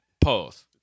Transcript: Pause